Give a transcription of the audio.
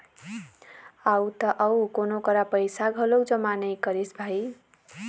अउ त अउ कोनो करा पइसा घलोक जमा नइ करिस भई